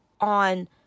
on